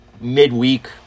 midweek